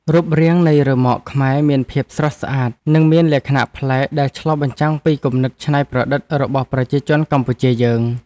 រូបរាងនៃរ៉ឺម៉កខ្មែរមានភាពស្រស់ស្អាតនិងមានលក្ខណៈប្លែកដែលឆ្លុះបញ្ចាំងពីគំនិតច្នៃប្រឌិតរបស់ប្រជាជនកម្ពុជាយើង។